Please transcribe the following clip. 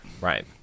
Right